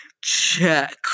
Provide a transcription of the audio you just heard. check